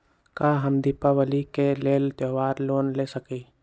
का हम दीपावली के लेल त्योहारी लोन ले सकई?